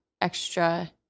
extra